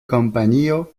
kompanio